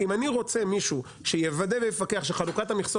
אם אני רוצה מישהו שיוודא ויפקח שחלוקת המכסות